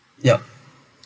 yup so